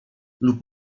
lub